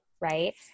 Right